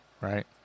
right